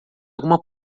alguma